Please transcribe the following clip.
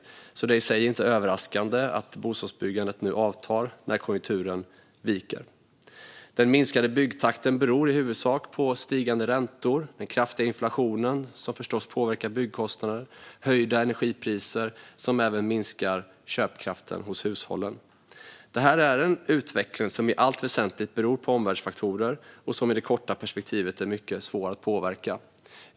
Det är alltså i sig inte överraskande att bostadsbyggandet nu avtar när konjunkturen viker. Den minskade byggtakten beror i huvudsak på stigande räntor, den kraftiga inflationen, som förstås påverkar byggkostnaden, och höjda energipriser, som även minskar köpkraften hos hushållen. Det här är en utveckling som i allt väsentligt beror på omvärldsfaktorer och som i det korta perspektivet är mycket svår att påverka.